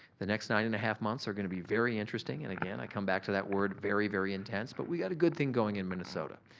the next nine and a half months are gonna be very interesting and again i come back to that word very, very intense but we got a good thing going in minnesota.